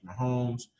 Mahomes